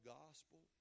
gospel